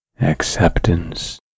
acceptance